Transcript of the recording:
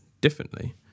differently